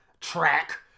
track